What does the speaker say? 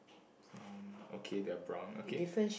um okay they're brown okay